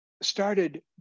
started